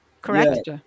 Correct